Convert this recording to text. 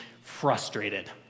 frustrated